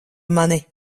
mani